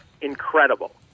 incredible